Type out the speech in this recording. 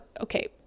okay